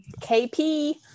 KP